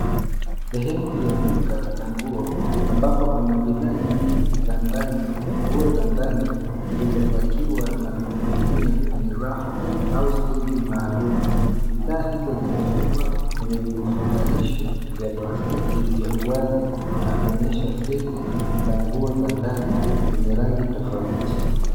Sehemu ya duka na nguo ambapo kuna bidhaa nyingi za ndani, nguo za ndani zilizopakiwa na kuning'inia kwenye rafu au stendi maalum. Bidhaa hizo zimefugwa kwenye vifuganisho vya plastiki vya uwazi na kuonyesha seti za nguo za ndani kwenye rangi tofauti.